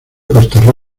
costa